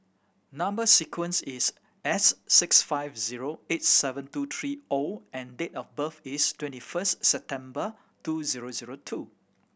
number sequence is S six five zero eight seven two three O and date of birth is twenty first September two zero zero two